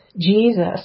Jesus